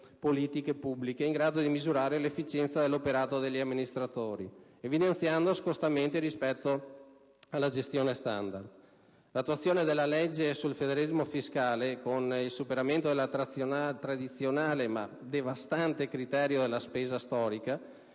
politiche pubbliche, in grado di misurare l'efficienza dell'operato degli amministratori, evidenziando scostamenti rispetto alla gestione standard. L'attuazione della legge sul federalismo fiscale, con il superamento del tradizionale, ma devastante, criterio della spesa storica